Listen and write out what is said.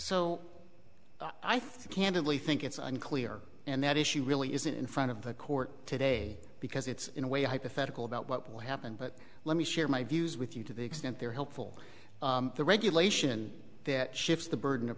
candidly think it's unclear and that issue really isn't in front of the court today because it's in a way hypothetical about what would happen but let me share my views with you to the extent they are helpful the regulation that shifts the burden of